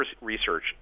research